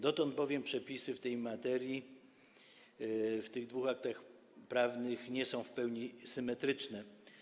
Dotąd bowiem przepisy w tej materii, w tych dwóch aktach prawnych, nie są w pełni symetryczne.